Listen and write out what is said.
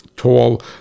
tall